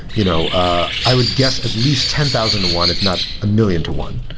you know ah i would guess, at least ten thousand to one, if not a million to one